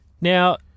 Now